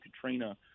Katrina